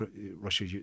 Russia